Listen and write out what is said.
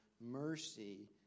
mercy